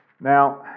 Now